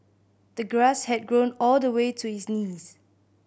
the grass had grown all the way to his knees